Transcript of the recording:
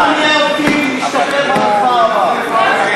בוא נהיה אופטימיים, נשתפר בהצבעה הבאה.